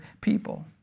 people